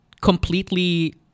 completely